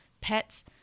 pets